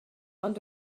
ond